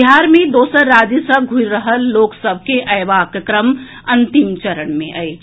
बिहार मे दोसर राज्य सॅ घुरि रहल लोक सभ के अएबाक क्रम अंतिम चरण मे अछि